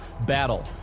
Battle